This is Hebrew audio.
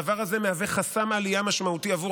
הדבר הזה מהווה חסם עלייה משמעותי עבור